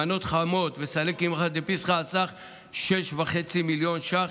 מנות חמות וסלי קמחא דפסחא בסך 6.5 מיליון ש"ח.